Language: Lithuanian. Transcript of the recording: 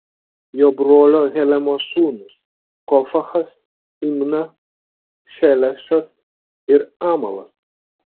jo brolio helemo sūnūs cofachas imna šelešas ir amalas